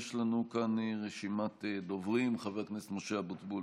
יש לנו כאן רשימת דוברים: חבר הכנסת משה אבוטבול,